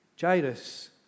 Jairus